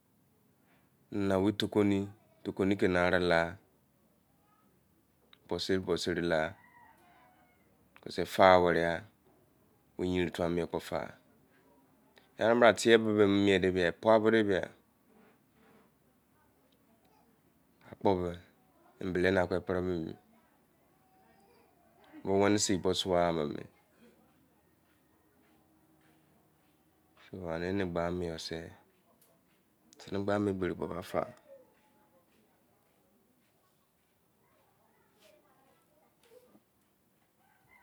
Nana owei sohomi, tokoni ke ena re la, posi-posi la fa e-where ke yen mene yoi koo far egbefa,,,,,